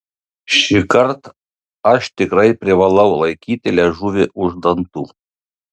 šįkart aš tikrai privalau laikyti liežuvį už dantų